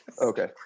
Okay